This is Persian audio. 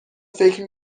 فکر